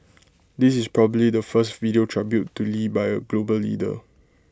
this is probably the first video tribute to lee by A global leader